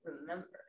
remember